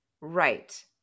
Right